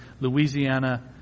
Louisiana